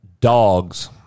dogs